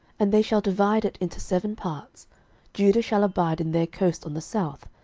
and they shall divide it into seven parts judah shall abide in their coast on the south,